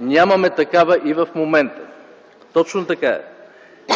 нямаме такава и в момента. Има забавяне